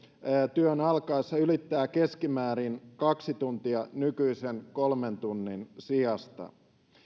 työn alkaessa ylittää keskimäärin kaksi tuntia nykyisen kolmen tunnin sijasta